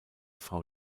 frau